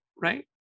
Right